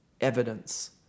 evidence